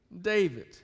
David